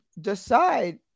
decide